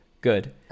good